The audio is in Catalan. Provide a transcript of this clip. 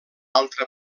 altra